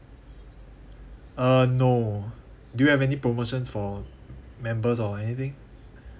uh no do you have any promotion for members or anything